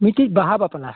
ᱢᱤᱫᱴᱤᱡ ᱵᱟᱦᱟ ᱵᱟᱯᱞᱟ